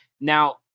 now